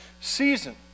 season